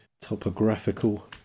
topographical